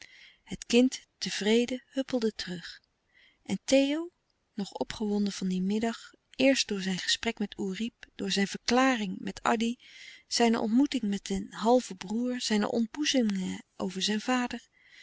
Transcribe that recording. het kind tevreden huppelde terug en theo nog opgewonden van dien middag eerst door zijn gesprek met oerip door zijn verklalouis couperus de stille kracht ring met addy zijne ontmoeting met den halven broêr zijne ontboezemingen over zijn vader